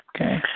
Okay